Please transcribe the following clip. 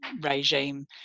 regime